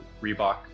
reebok